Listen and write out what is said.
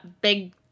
big